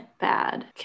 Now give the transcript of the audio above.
bad